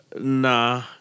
Nah